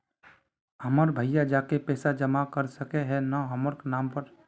हमर भैया जाके पैसा जमा कर सके है न हमर नाम पर?